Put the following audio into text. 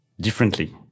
differently